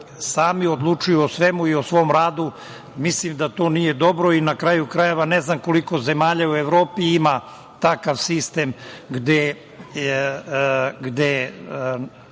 sami odlučuju o svemu i o svom radu mislim da to nije dobro. Na kraju krajeva, ne znam koliko zemalja u Evropi ima takav sistem gde